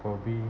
probably